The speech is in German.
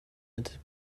mit